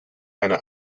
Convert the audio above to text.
eine